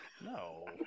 No